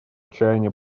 чаяния